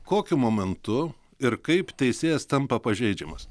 kokiu momentu ir kaip teisėjas tampa pažeidžiamas